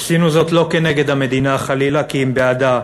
עשינו זאת לא כנגד המדינה, חלילה,